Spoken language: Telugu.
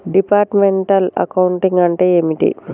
డిపార్ట్మెంటల్ అకౌంటింగ్ అంటే ఏమిటి?